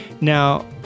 Now